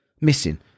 missing